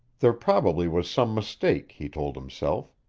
there probably was some mistake, he told himself.